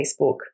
Facebook